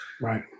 Right